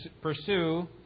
pursue